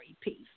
piece